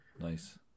Nice